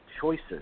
choices